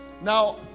now